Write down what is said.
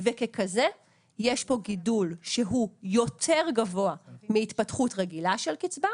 וככזה יש פה גידול שהוא יותר גבוה מהתפתחות רגילה של קצבה,